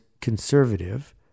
conservative